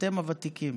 אתם הוותיקים.